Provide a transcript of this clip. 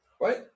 right